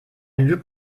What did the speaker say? lügt